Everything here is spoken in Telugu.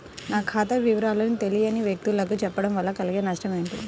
నా ఖాతా వివరాలను తెలియని వ్యక్తులకు చెప్పడం వల్ల కలిగే నష్టమేంటి?